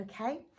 Okay